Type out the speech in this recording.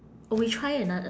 we try another